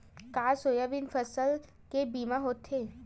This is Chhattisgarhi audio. का सोयाबीन फसल के बीमा होथे?